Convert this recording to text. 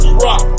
rock